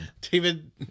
David